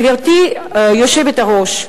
גברתי היושבת-ראש,